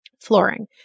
flooring